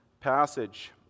passage